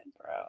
bro